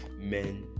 men